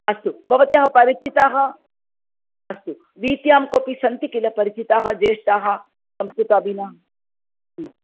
अस्तु भवत्याः परिचिताः अस्तु वीथ्यां कोऽपि सन्ति किल परिचिताः ज्येष्ठाः संस्कृत अभिमा